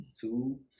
Two